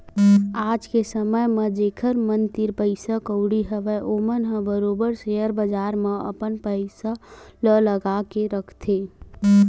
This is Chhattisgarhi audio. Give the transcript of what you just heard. आज के समे म जेखर मन तीर पइसा कउड़ी हवय ओमन ह बरोबर सेयर बजार म अपन पइसा ल लगा के रखथे